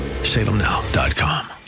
salemnow.com